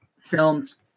films